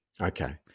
Okay